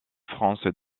france